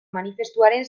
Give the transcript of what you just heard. manifestuaren